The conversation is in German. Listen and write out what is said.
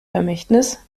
vermächtnis